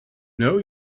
know